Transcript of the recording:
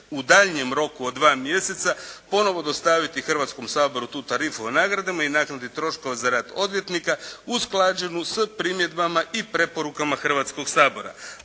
u daljnjem roku od 2 mjeseca ponovno dostaviti Hrvatskom saboru tu tarifu o nagradama i naknadi troškova za rad odvjetnika usklađenu s primjedbama i preporukama Hrvatskog sabora.